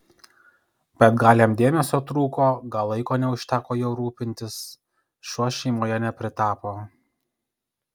bet gal jam dėmesio trūko gal laiko neužteko juo rūpintis šuo šeimoje nepritapo